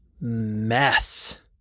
mess